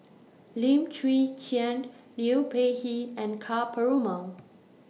Lim Chwee Chian Liu Peihe and Ka Perumal